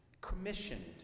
commissioned